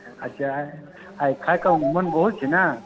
अच्छा आइ खाइ कऽ मोन बहुत छै ने